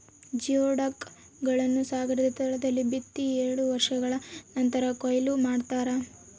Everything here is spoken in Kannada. ಜಿಯೊಡಕ್ ಗಳನ್ನು ಸಾಗರದ ತಳದಲ್ಲಿ ಬಿತ್ತಿ ಏಳು ವರ್ಷಗಳ ನಂತರ ಕೂಯ್ಲು ಮಾಡ್ತಾರ